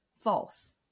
false